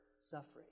suffering